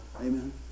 Amen